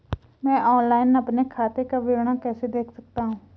मैं ऑनलाइन अपने खाते का विवरण कैसे देख सकता हूँ?